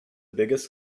biggest